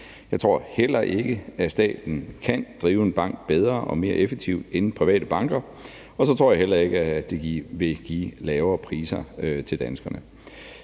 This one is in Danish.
Jeg tror heller ikke, at staten kan drive en bank bedre og mere effektivt end de private banker, og så tror jeg heller ikke, at det vil give lavere priser til danskerne.